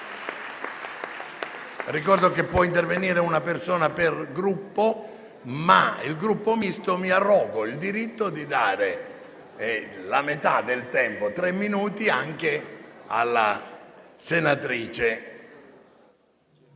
Ricordo che può intervenire un senatore per Gruppo, ma per il Gruppo Misto mi arrogo il diritto di dare la metà del tempo, tre minuti, anche alla senatrice